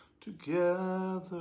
together